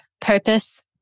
purpose